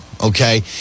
Okay